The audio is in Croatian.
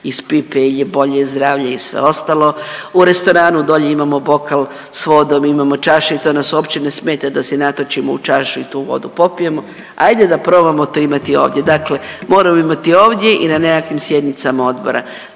iz pipe jel je bolje zdravlje i sve ostalo. U restoranu dolje imamo bokal s vodom, imamo čaše i to nas uopće ne smeta da si natočimo u čašu i tu vodu popijemo, ajde da probamo to imati ovdje, dakle moramo imati ovdje i na nekakvim sjednicama odbora,